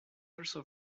also